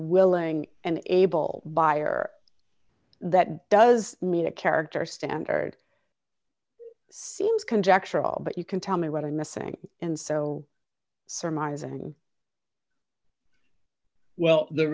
willing and able by or that does mean a character standard seems conjectural but you can tell me what i'm missing and so surmise and well